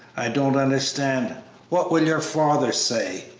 i don't understand what will your father say?